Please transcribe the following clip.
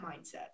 mindset